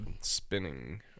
spinning